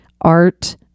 art